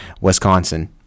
wisconsin